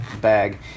bag